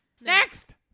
Next